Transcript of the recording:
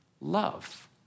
love